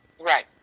Right